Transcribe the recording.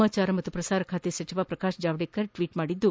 ಸಮಾಚಾರ ಮತ್ತು ಪ್ರಸಾರ ಖಾತೆ ಸಚಿವ ಪ್ರಕಾಶ್ ಜಾವಡೇಕರ್ ಟ್ವೀಟ್ ಮಾಡಿದ್ದು